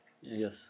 Yes